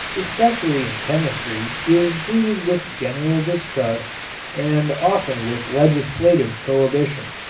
especially in chemistry, is greeted with general distrust and often with legislative prohibition.